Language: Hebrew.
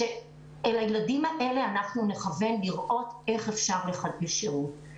כשלילדים האלה אנחנו נכוון לראות איך אפשר לחדש שירות.